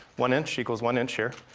one inch equals one inch here,